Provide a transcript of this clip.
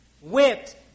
whipped